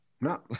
no